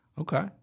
Okay